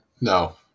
No